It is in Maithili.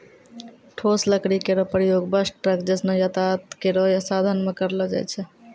ठोस लकड़ी केरो प्रयोग बस, ट्रक जैसनो यातायात केरो साधन म करलो जाय छै